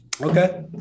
Okay